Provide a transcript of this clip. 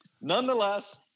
Nonetheless